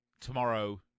tomorrow